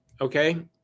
okay